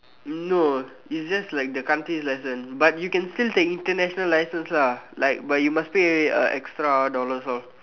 no it's just like the country's license but you can still take the international license lah like but you must pay the extras dollars all